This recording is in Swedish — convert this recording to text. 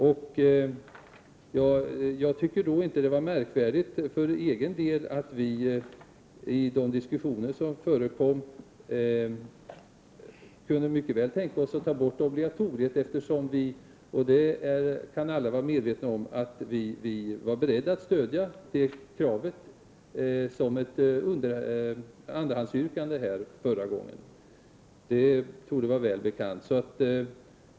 För egen del tycker jag inte det var märkvärdigt att vi i de diskussioner som då förekom mycket väl kunde tänka oss att ta bort obligatoriet, eftersom vi var beredda att stödja det kravet som ett andrahandsyrkande förra gången — det torde vara väl bekant för alla.